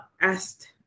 asked